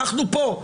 אנחנו פה.